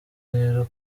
rero